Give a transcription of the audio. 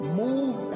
move